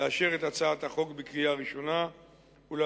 לאשר את הצעת החוק בקריאה ראשונה ולהעביר